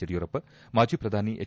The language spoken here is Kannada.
ಯಡಿಯೂರಪ್ಪ ಮಾಜಿ ಪ್ರಧಾನಿ ಎಚ್